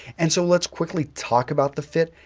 and so, let's quickly talk about the fit,